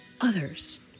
others